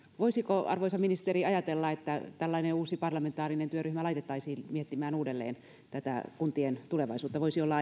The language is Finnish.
voisiko arvoisa ministeri ajatella että tällainen uusi parlamentaarinen työryhmä laitettaisiin miettimään uudelleen kuntien tulevaisuutta voisi olla